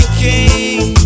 king